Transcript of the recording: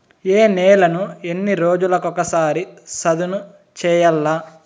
ఏ నేలను ఎన్ని రోజులకొక సారి సదును చేయల్ల?